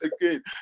again